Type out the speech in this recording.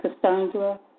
Cassandra